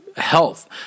health